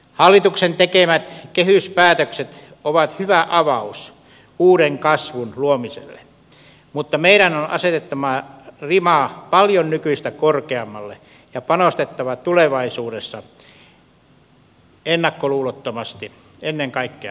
hallituksen tekemät kehyspäätökset ovat hyvä avaus uuden kasvun luomiselle mutta meidän on asetettava rima paljon nykyistä korkeammalle ja panostettava tulevaisuudessa ennakkoluulottomasti ennen kaikkea pohjoiseen